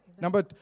Number